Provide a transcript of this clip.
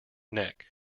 neck